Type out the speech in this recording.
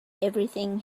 everything